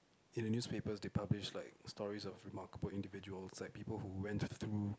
in the newspaper they publish like stories of remarkable individuals like people who went through